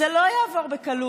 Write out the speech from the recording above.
זה לא יעבור בקלות.